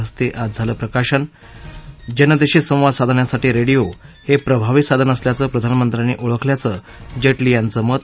हस्ते आज झालं प्रकाशन जनतेशी संवाद साधण्यासाठी रेडियो हे प्रभावी साधन असल्याचं प्रधानमंत्र्यांनी ओळखल्याचं जे िमी यांचं मत